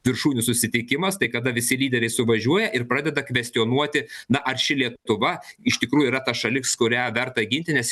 viršūnių susitikimas tai kada visi lyderiai suvažiuoja ir pradeda kvestionuoti na ar ši lietuva iš tikrųjų yra ta šalis kurią verta ginti nes